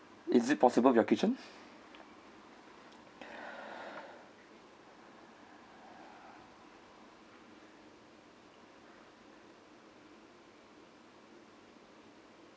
is it possible with your kitchen